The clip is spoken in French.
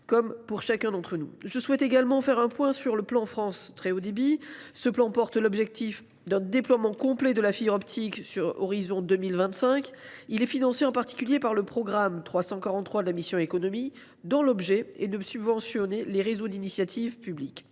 Je souhaite également faire un point sur le plan France Très Haut Débit (PFTHD), qui vise un déploiement complet de la fibre optique à l’horizon 2025. Il est financé, en particulier, par le programme 343 de la mission « Économie », dont l’objet est de subventionner les réseaux d’initiative publique